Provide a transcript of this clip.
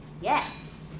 Yes